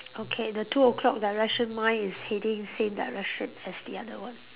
okay the two o-clock direction mine is heading same direction as the other one